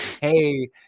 hey